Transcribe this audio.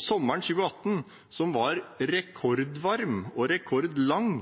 Sommeren 2018, som var rekordvarm og rekordlang,